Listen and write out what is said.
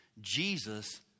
Jesus